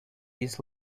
this